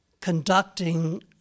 conducting